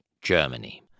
Germany